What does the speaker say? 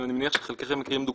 אני מניח שחלקכם מכירים דוגמאות,